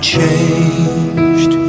changed